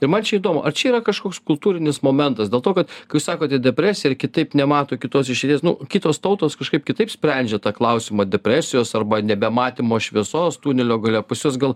ir man čia įdomu ar čia yra kažkoks kultūrinis momentas dėl to kad kai jūs sakote depresija ir kitaip nemato kitos išeities nu kitos tautos kažkaip kitaip sprendžia tą klausimą depresijos arba nebematymo šviesos tunelio gale pas juos gal